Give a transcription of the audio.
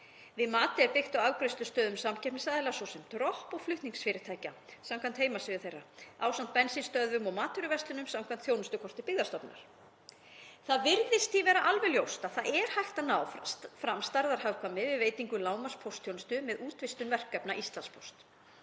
Við matið er byggt á afgreiðslustöðum samkeppnisaðila, svo sem Dropp og flutningafyrirtækja, samkvæmt heimasíðum þeirra, ásamt bensínstöðvum og matvöruverslunum, samkvæmt þjónustukorti Byggðastofnunar. Það virðist alveg ljóst að hægt er að ná fram stærðarhagkvæmni við veitingu lágmarkspóstþjónustu með útvistun verkefna Íslandspósts